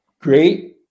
great